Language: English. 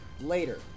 later